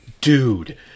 dude